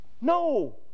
No